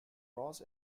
ross